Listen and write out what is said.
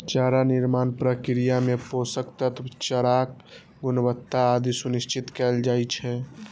चारा निर्माण प्रक्रिया मे पोषक तत्व, चाराक गुणवत्ता आदि सुनिश्चित कैल जाइ छै